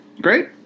Great